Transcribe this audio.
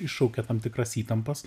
iššaukia tam tikras įtampas